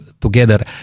together